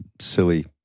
silly